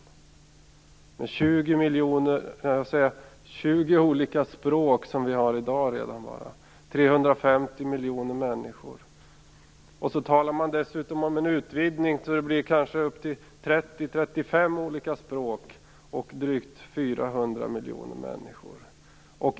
Redan i dag har EU 20 olika språk och 350 miljoner människor. Dessutom talar man om en utvidgning, så det blir kanske 30-35 olika språk och drygt 400 miljoner människor.